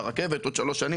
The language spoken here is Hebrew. כשהרכבת תעבור בעוד שלוש שנים,